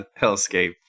hellscape